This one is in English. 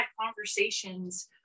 conversations